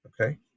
okay